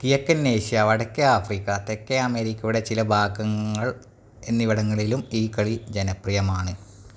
കിഴക്കൻ ഏഷ്യ വടക്കേ ആഫ്രിക്ക തെക്കേ അമേരിക്കയുടെ ചില ഭാഗങ്ങൾ എന്നിവിടങ്ങളിലും ഈ കളി ജനപ്രിയമാണ്